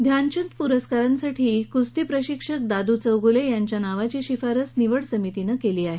ध्यानचंद पुरस्कारांसाठी कुस्ती प्रशिक्षक दादू चौगूले यांच्या नावाची शिफारस निवड समितीने केली आहे